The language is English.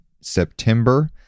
September